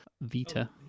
Vita